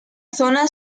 zona